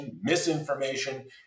misinformation